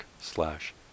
slash